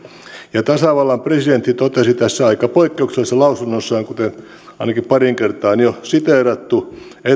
ja tasavallan presidentti totesi tässä aika poikkeuksellisessa lausunnossaan kuten ainakin pariin kertaan on jo siteerattu